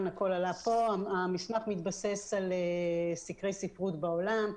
המסמך מתבסס על סקרי ספרות בעולם,